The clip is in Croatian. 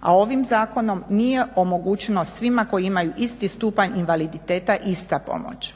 a ovim zakonom nije omogućeno svima koji imaju isti stupanj invaliditeta ista pomoć.